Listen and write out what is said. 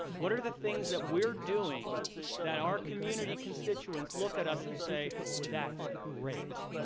what are the things that we're doing that our community constituents look at us and say that's great,